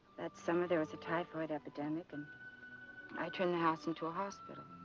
summer, there was a typhoid epidemic and i turned the house into a hospital.